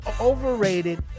overrated